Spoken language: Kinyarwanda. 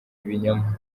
ibinyoma